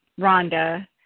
Rhonda